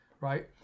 Right